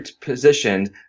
positioned